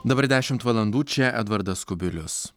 dabar dešimt valandų čia edvardas kubilius